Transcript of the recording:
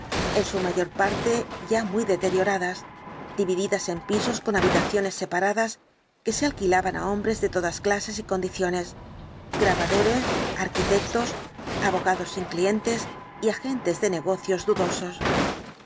en su mayor parte ya muy deterioradas divididas en pisos con habitaciones separadas que se alquilaban á hombres de todas clases y condiciones grabadores arquitectos abogados sin clientes y agentes de negocios dudosos